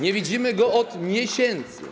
Nie widzimy go od miesięcy.